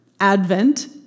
Advent